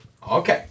Okay